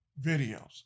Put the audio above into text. videos